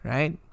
Right